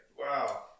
Wow